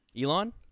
Elon